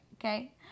okay